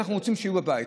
ואנחנו רוצים שיהיו בבית.